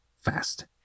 fast